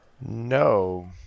No